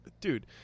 dude